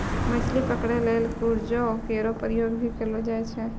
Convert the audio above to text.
मछली पकरै ल क्रूजो केरो प्रयोग भी करलो जाय छै